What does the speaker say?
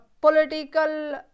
political